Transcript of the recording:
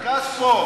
פה.